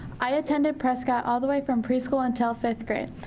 i attended prescott all the way from pre-school until fifth grade.